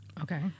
Okay